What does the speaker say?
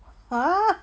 !huh!